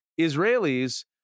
Israelis